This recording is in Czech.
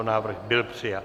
Návrh byl přijat.